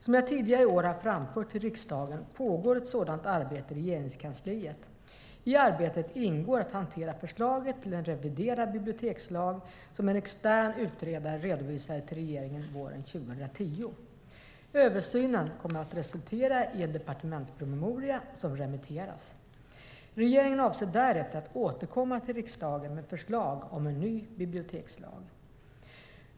Som jag tidigare i år har framfört till riksdagen pågår ett sådant arbete i Regeringskansliet. I arbetet ingår att hantera förslaget till en reviderad bibliotekslag som en extern utredare redovisade till regeringen våren 2010. Översynen kommer att resultera i en departementspromemoria som remitteras. Regeringen avser att därefter återkomma till riksdagen med förslag om en ny bibliotekslag.